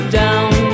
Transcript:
down